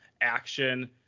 action